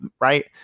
right